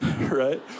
right